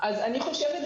אני חושבת,